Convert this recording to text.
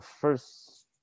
first